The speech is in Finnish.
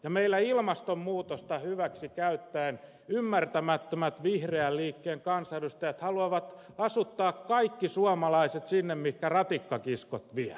ja meillä ilmastonmuutosta hyväksikäyttäen ymmärtämättömät vihreän liikkeen kansanedustajat haluavat asuttaa kaikki suomalaiset sinne mihinkä ratikkakiskot vievät